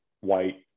white